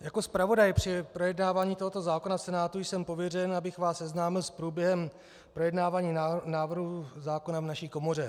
Jako zpravodaj při projednávání tohoto zákona v Senátu jsem pověřen, abych vás seznámil s průběhem projednávání návrhu zákona v naší v komoře.